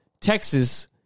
Texas